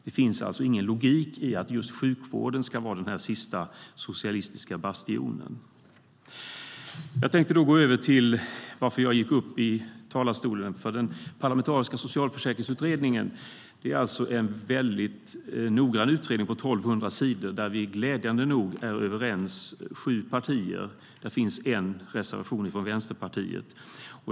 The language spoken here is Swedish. Det finns ingen logik i att just sjukvården ska vara den sista socialistiska bastionen. Jag tänkte gå över till varför jag gick upp i talarstolen. Parlamentariska socialförsäkringsutredningen är en noggrann utredning på 1 200 sidor där vi glädjande nog är överens mellan sju partier - det finns en reservation från Vänsterpartiet.